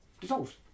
Dissolved